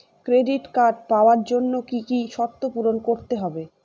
Credit card পাওয়ার জন্য কি কি শর্ত পূরণ করতে হবে?